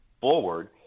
forward